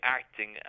acting